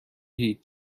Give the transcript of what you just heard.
هیچ